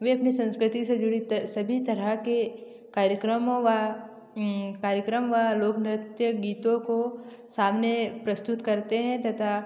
वे अपने संस्कृति से जुड़ी सभी तरह के कार्यक्रमों वा कार्यक्रम वा लोकनृत्य गीतों को सामने प्रस्तुत करते हैं तथा